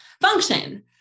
function